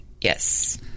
Yes